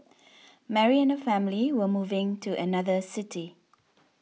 Mary and her family were moving to another city